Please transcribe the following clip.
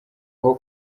aho